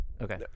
Okay